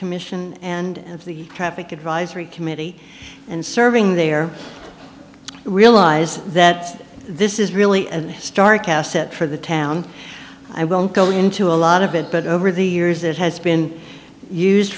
commission and the traffic advisory committee and serving there realize that this is really a historic asset for the town i won't go into a lot of it but over the years it has been used